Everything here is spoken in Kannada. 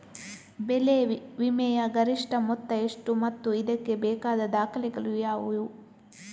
ಬೆಳೆ ವಿಮೆಯ ಗರಿಷ್ಠ ಮೊತ್ತ ಎಷ್ಟು ಮತ್ತು ಇದಕ್ಕೆ ಬೇಕಾದ ದಾಖಲೆಗಳು ಯಾವುವು?